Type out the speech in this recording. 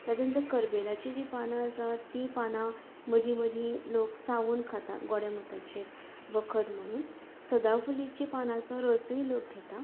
ताचे नंतर करबेलाची जी पानां आसात ती पानां मदीं मदीं लोक चावून खातात गोडेमुताचेर वखद म्हणून सदां फुलिची पानां रोसय लोक घेता